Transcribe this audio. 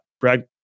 Brad